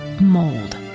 mold